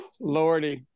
Lordy